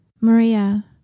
Maria